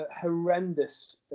horrendous